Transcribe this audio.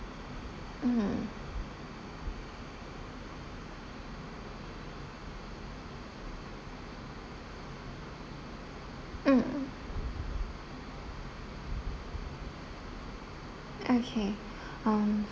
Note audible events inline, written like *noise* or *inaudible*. mm mm okay *breath* um